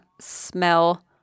smell